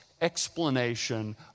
explanation